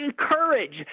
encourage